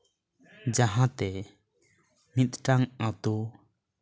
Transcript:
ᱡᱟᱦᱟᱸᱛᱮ ᱢᱤᱫᱴᱟᱝ ᱟᱛᱳ